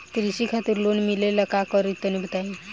कृषि खातिर लोन मिले ला का करि तनि बताई?